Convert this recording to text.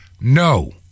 no